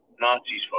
Nazis